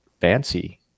fancy